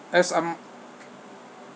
as I'm